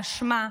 והאשמה,